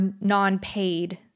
non-paid